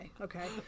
Okay